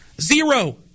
Zero